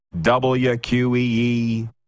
WQEE